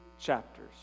chapters